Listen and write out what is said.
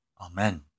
Amen